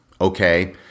okay